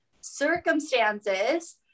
Circumstances